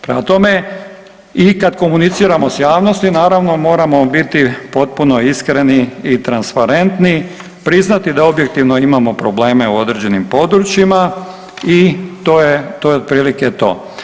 Prema tome i kad komuniciramo s javnosti moramo biti potpuno iskreni i transparentni, priznati da objektivno imamo probleme u određenim područjima i to je, to je otprilike to.